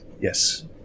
Yes